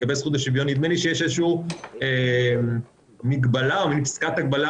נדמה לי שיש איזושהי מגבלה או מין פסקת הגבלה